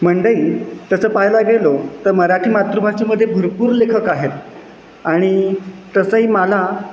मंडळी तसं पाहायला गेलो तर मराठी मातृभाषेमध्ये भरपूर लेखक आहेत आणि तसंही मला